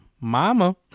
Mama